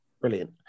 Brilliant